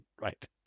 right